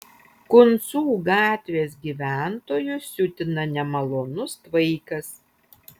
kuncų gatvės gyventojus siutina nemalonus tvaikas